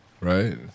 Right